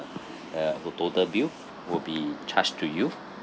uh the total bill will be charged to you